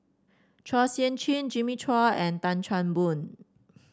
Chua Sian Chin Jimmy Chua and Tan Chan Boon